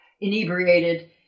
inebriated